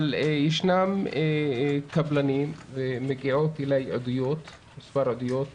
אבל יש קבלנים בדרום הגיעו אליי מספר עדויות